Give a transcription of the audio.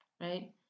right